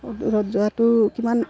দূৰত যোৱাটো কিমান